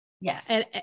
Yes